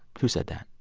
who said that?